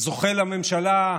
זוכה לממשלה,